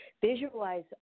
Visualize